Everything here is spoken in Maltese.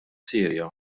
sirja